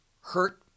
hurt